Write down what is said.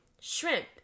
shrimp